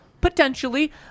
Potentially